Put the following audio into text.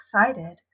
excited